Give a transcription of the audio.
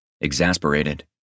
exasperated